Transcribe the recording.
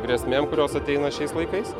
grėsmėm kurios ateina šiais laikais